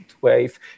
wave